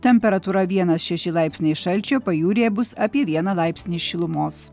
temperatūra vienas šeši laipsniai šalčio pajūryje bus apie vieną laipsnį šilumos